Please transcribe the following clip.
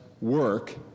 work